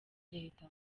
leta